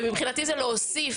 ומבחינתי זה להוסיף,